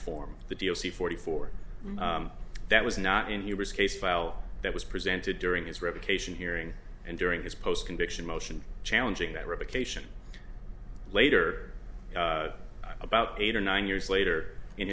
form the deal see forty four that was not in your was case file that was presented during his revocation hearing and during his post conviction motion challenging that revocation later about eight or nine years later in